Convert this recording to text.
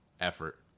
Effort